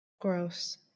gross